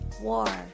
war